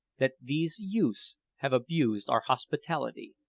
that these youths have abused our hospitality?